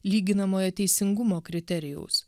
lyginamojo teisingumo kriterijaus